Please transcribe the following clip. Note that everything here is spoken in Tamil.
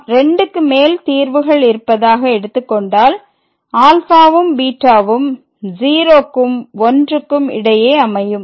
நாம் 2க்கு மேல் தீர்வுகள் இருப்பதாக எடுத்துக் கொண்டதால் ∝ம் βம் 0க்கும் 1க்கும் இடையே அமையும்